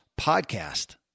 podcast